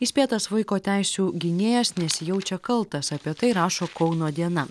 įspėtas vaiko teisių gynėjas nesijaučia kaltas apie tai rašo kauno diena